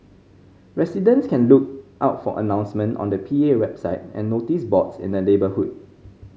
residents can look out for announcements on the P A website and notice boards in the neighbourhood